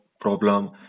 problem